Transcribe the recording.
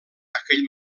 aquell